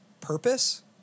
purpose